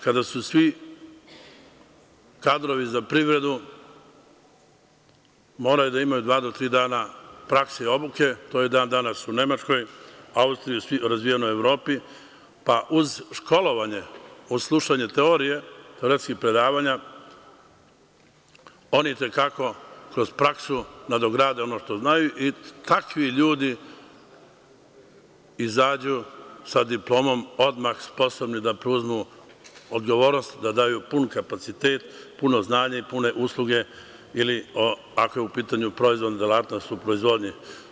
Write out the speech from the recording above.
Kada su svi kadrovi za privredu morali da imaju dva do tri dana prakse i obuke, to je i dan danas u Nemačkoj, Austriji, razvijenoj Evropi, pa uz školovanje, slušanju teorije i različitih predavanja, oni i te kako kroz praksu nadograde ono što znaju i takvi ljudi izađu sa diplomom odmah sposobni da preuzmu odgovornost da daju pun kapacitet, puno znanja i pune usluge ili ako je u pitanju proizvodna delatnost u proizvodnji.